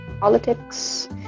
politics